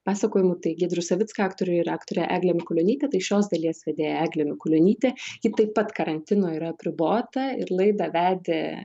pasakojimų tai giedrių savicką aktorių ir aktorę eglę mikulionytę tai šios dalies vedėja eglė mikulionytė ji taip pat karantino yra apribota ir laidą vedė